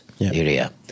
area